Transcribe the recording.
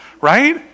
right